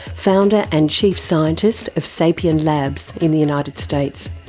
founder and chief scientist of sapien labs in the united states.